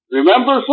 Remember